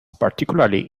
particularly